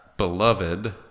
Beloved